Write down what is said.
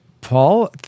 Paul